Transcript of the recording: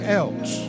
else